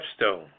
Stepstone